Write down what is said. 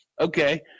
Okay